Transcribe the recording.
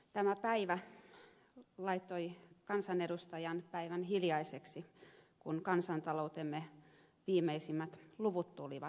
tämä päivä laittoi kansanedustajan päivän hiljaiseksi kun kansantaloutemme viimeisimmät luvut tulivat esille